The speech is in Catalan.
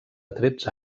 tretze